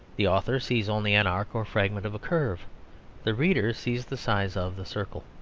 the author sees only an arc or fragment of a curve the reader sees the size of the circle.